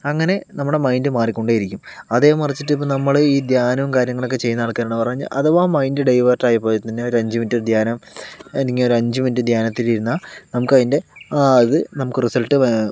അങ്ങനെ നമ്മളുടെ മൈൻഡ് മാറിക്കൊണ്ടേയിരിക്കും അതേ മറിച്ചിട്ട് ഇപ്പോൾ നമ്മൾ ഈ ധ്യാനവും കാര്യങ്ങളൊക്കെ ചെയ്യുന്ന ആൾക്കാരോട് പറഞ്ഞാൽ അഥവാ മൈൻഡ് ഡൈവേട്ടായി പോയിട്ടുണ്ടെങ്കിൽ തന്നെ ഒരു അഞ്ച് മിനിറ്റ് ധ്യാനം അല്ലെങ്കിൽ ഒരു അഞ്ച് മിനിറ്റ് ധ്യാനത്തിലിരുന്നാൽ നമുക്കതിന്റെ ആ ഇത് നമുക്ക് റിസൾട്ട്